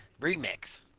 Remix